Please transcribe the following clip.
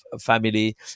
family